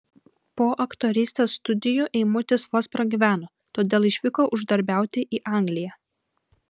po aktorystės studijų eimutis vos pragyveno todėl išvyko uždarbiauti į angliją